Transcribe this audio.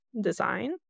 design